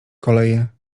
koleje